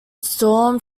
storm